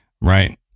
Right